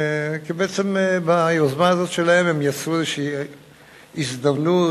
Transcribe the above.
כי ביוזמה הזאת שלהם הם יצרו איזו הזדמנות